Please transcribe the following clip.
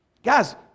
Guys